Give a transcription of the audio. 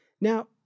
Now